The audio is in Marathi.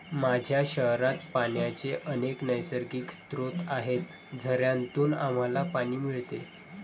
माझ्या शहरात पाण्याचे अनेक नैसर्गिक स्रोत आहेत, झऱ्यांतून आम्हाला पाणी मिळते